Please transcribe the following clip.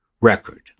record